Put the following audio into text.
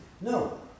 No